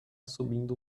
subindo